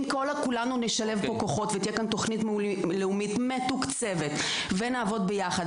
אם כולנו נשלב פה כוחות ותהיה כאן תוכנית לאומית מתוקצבת ונעבוד ביחד,